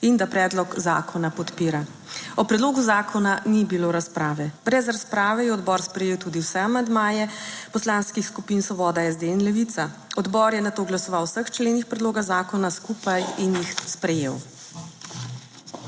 in da predlog zakona podpira. O predlogu zakona ni bilo razprave. Brez razprave je odbor sprejel tudi vse amandmaje poslanskih skupin Svoboda, SD in Levica. Odbor je nato glasoval o vseh členih predloga zakona skupaj in jih sprejel.